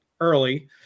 early